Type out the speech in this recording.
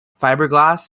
fiberglass